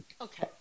Okay